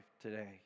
today